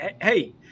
hey